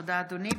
תודה, אדוני.